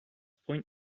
point